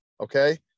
Okay